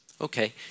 Okay